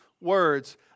words